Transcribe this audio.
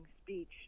speech